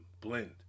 blend